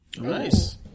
Nice